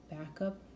backup